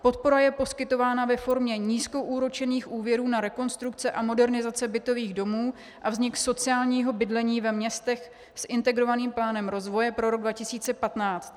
Podpora je poskytována ve formě nízkoúročených úvěrů na rekonstrukce a modernizace bytových domů a vznik sociálního bydlení ve městech s integrovaným plánem rozvoje pro rok 2015.